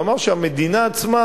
ואמר שהמדינה עצמה